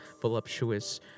voluptuous